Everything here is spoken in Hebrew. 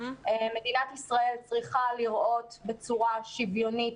מדינת ישראל צריכה לראות בצורה שוויונית,